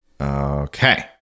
Okay